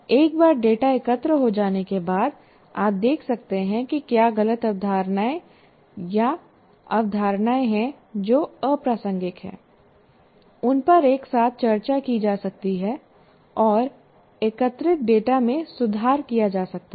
एक बार डेटा एकत्र हो जाने के बाद आप देख सकते हैं कि क्या गलत अवधारणाएं या अवधारणाएं हैं जो अप्रासंगिक हैं उन पर एक साथ चर्चा की जा सकती है और एकत्रित डेटा में सुधार किया जा सकता है